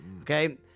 Okay